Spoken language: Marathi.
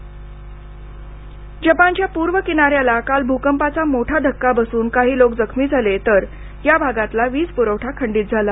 जपान भकप जपानच्या पूर्व किनाऱ्याला काल भूकंपाचा मोठा धक्का बसून काही लॉक जखमी झाले तर या भागातला वीजपुरवठा खंडित झाला